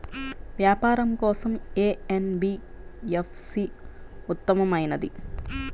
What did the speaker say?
వ్యాపారం కోసం ఏ ఎన్.బీ.ఎఫ్.సి ఉత్తమమైనది?